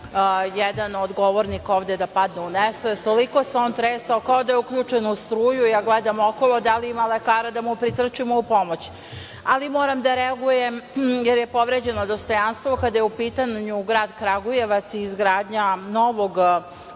jedan od govornika ovde da padne u nesvest. Toliko se on tresao, kao da je uključen u struju. Ja gledam okolo da li ima lekara da mu pritrčimo u pomoć. Ali moram da reagujem jer je povređeno dostojanstvo, kada je u pitanju grad Kragujevac i izgradnja novog